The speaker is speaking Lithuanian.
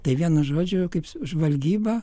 tai vienu žodžiu kaip žvalgyba